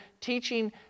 teaching